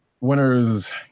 winners